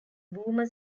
boomer